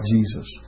Jesus